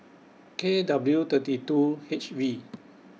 K W thirty two H V